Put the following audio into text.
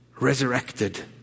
resurrected